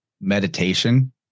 meditation